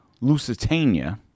Lusitania